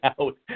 out